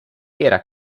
era